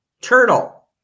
turtle